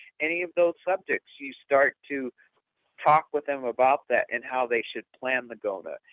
any of those subjects you start to talk with them about that and how they should plan the gona.